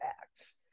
acts